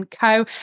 Co